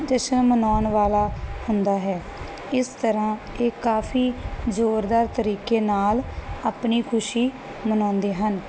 ਜਸ਼ਨ ਮਨਾਉਣ ਵਾਲਾ ਹੁੰਦਾ ਹੈ ਇਸ ਤਰਾਂ ਇਹ ਕਾਫੀ ਜੋਰਦਾਰ ਤਰੀਕੇ ਨਾਲ ਆਪਣੀ ਖੁਸ਼ੀ ਮਨਾਉਂਦੇ ਹਨ